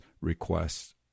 requests